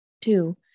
Two